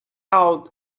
out